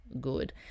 good